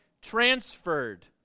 Transferred